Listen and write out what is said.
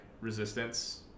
resistance